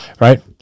right